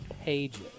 pages